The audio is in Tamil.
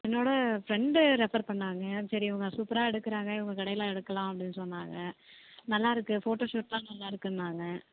என்னோடய ஃப்ரெண்டு ரெஃபர் பண்ணிணாங்க சரி இவங்க சூப்பராக எடுக்கிறாங்க இவங்க கடையில எடுக்கலாம் அப்படின்னு சொன்னாங்க நல்லா இருக்குது ஃபோட்டோ ஷூட்டெலாம் நல்லாயிருக்குன்னாங்க